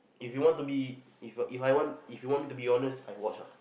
if you want to be If I If I if you want me to be honest I watch ah